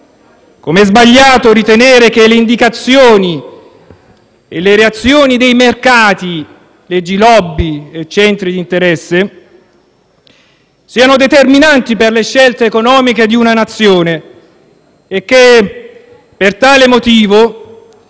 come è sbagliato ritenere che le indicazioni e le reazioni dei mercati - leggi *lobby* e centri d'interesse - siano determinanti per le scelte economiche di una Nazione e che per tale motivo